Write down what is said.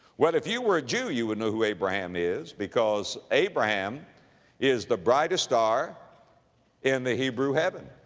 well if you were a jew you would know who abraham is, because abraham is the brightest star in the hebrew heaven.